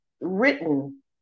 written